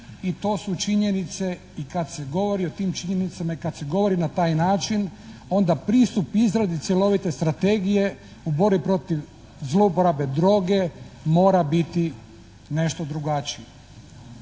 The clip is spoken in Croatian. I to su činjenice i kada se govori o tim činjenicama i kada se govori na taj način onda pristup izradi cjelovite strategije u borbi protiv zlouporabe droge mora biti nešto drugačiji.